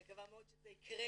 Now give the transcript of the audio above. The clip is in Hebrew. אני מקווה מאוד שזה יקרה